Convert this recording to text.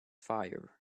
fire